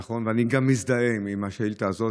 נכון, ואני גם מזדהה עם השאילתה הזאת.